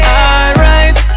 alright